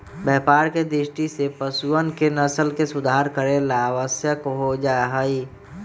व्यापार के दृष्टि से पशुअन के नस्ल के सुधार करे ला आवश्यक हो जाहई